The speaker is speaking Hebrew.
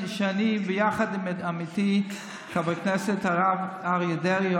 שאני ביחד עם עמיתי חבר הכנסת הרב אריה דרעי,